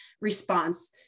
response